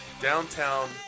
downtown